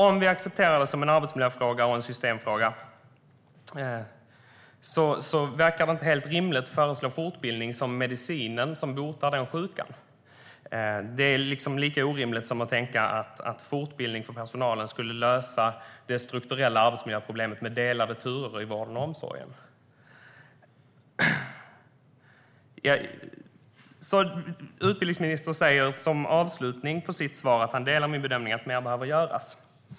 Om vi accepterar det som en arbetsmiljöfråga och en systemfråga verkar det inte helt rimligt att föreslå fortbildning som den medicin som ska bota sjukan. Det är lika orimligt som att tänka att fortbildning för personalen skulle lösa det strukturella arbetsmiljöproblemet med delade turer i vård och omsorg. Utbildningsministern säger som avslutning i sitt svar att han delar min bedömning att mer behöver göras.